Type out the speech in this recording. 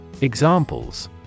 Examples